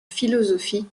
philosophie